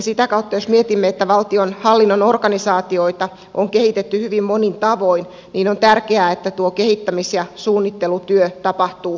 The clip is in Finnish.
sitä kautta jos mietimme että valtionhallinnon organisaatioita on kehitetty hyvin monin tavoin on tärkeää että tuo kehittämis ja suunnittelutyö tapahtuu yhteistyössä